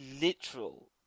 Literal